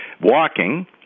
walking